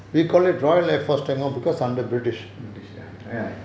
british ya